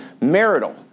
marital